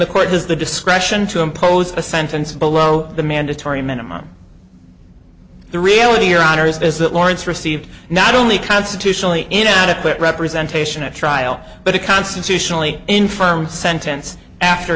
the court has the discretion to impose a sentence below the mandatory minimum the reality your honor is that lawrence received not only constitutionally inadequate representation at trial but a constitutionally infirm sentence after